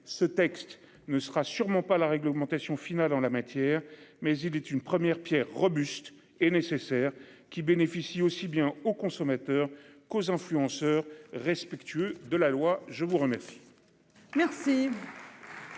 Ce texte ne sera sûrement pas la réglementation finale en la matière mais il est une première Pierre robuste et nécessaire qui bénéficient aussi bien aux consommateurs qu'aux influenceurs respectueux de la loi je vous remet.